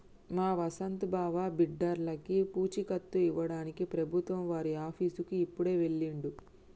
మా వసంత్ బావ బిడ్డర్లకి పూచీకత్తు ఇవ్వడానికి ప్రభుత్వం వారి ఆఫీసుకి ఇప్పుడే వెళ్ళిండు